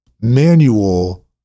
manual